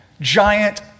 Giant